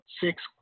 six